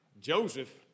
Joseph